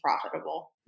profitable